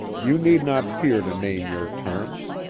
you need not fear to name your terms.